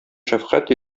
шәфкать